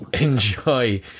enjoy